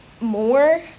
more